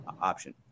option